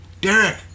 Derek